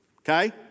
Okay